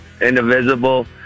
indivisible